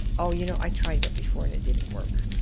oh, you know, i tried that before and it didn't work.